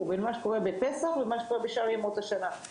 בין מה שקורה שפסח לבין מה שקורה בשאר ימות השנה.